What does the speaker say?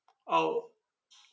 orh